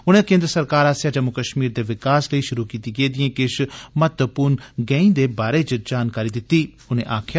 उनें केन्द्र सरकार आस्सेआ जम्मू कश्मीर दे विकास लेई शुरू कीती दी किश महत्वपूर्ण गैंई दे बारै च जानकारी दित्ती उनें आक्खेआ